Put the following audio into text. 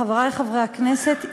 חברי חברי הכנסת,